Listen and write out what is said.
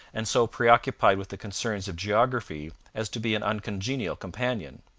and so preoccupied with the concerns of geography as to be an uncongenial companion.